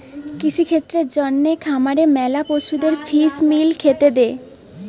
কৃষিক্ষেত্রের জন্যে খামারে ম্যালা পশুদের ফিস মিল খেতে দে